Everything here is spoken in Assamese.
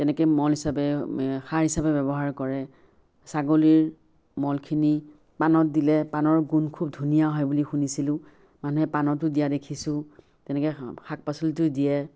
তেনেকৈ মল হিচাবে সাৰ হিচাবে ব্যৱহাৰ কৰে ছাগলীৰ মলখিনি পাণত দিলে পাণৰ গোন্ধ খুব ধুনীয়া হয় বুলি শুনিছিলোঁ মানুহে পাণতো দিয়া দেখিছোঁ তেনেকৈ শাক পাচলিতো দিয়ে